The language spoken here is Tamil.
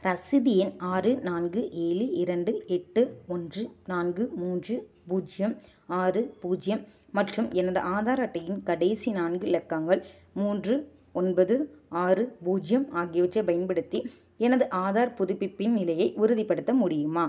ரசீது எண் ஆறு நான்கு ஏழு இரண்டு எட்டு ஒன்று நான்கு மூன்று பூஜ்யம் ஆறு பூஜ்யம் மற்றும் எனது ஆதார் அட்டையின் கடைசி நான்கு இலக்கங்கள் மூன்று ஒன்பது ஆறு பூஜ்யம் ஆகியவற்றை பயன்படுத்தி எனது ஆதார் புதுப்பிப்பின் நிலையை உறுதிப்படுத்த முடியுமா